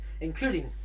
including